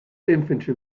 infantry